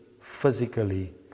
physically